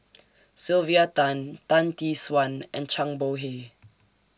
Sylvia Tan Tan Tee Suan and Zhang Bohe